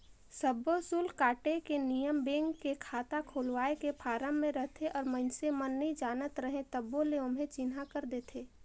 सब्बो सुल्क काटे के नियम बेंक के खाता खोलवाए के फारम मे रहथे और मइसने मन नइ जानत रहें तभो ले ओम्हे चिन्हा कर देथे